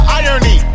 irony